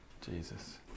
Jesus